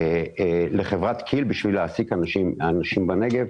לחברת כי"ל בשביל להעסיק אנשים בנגב,